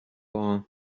are